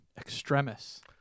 Extremis